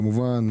כמובן,